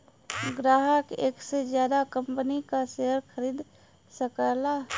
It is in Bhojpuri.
ग्राहक एक से जादा कंपनी क शेयर खरीद सकला